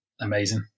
amazing